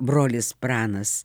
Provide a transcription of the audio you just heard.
brolis pranas